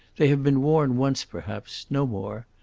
they have been worn once, perhaps, no more,